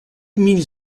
mille